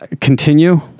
continue